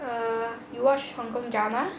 err you watch hong kong drama